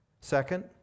Second